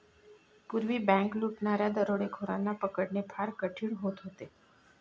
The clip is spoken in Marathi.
पूर्वी बँक लुटणाऱ्या दरोडेखोरांना पकडणे फार कठीण होत होते